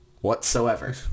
whatsoever